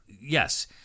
Yes